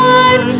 one